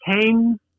came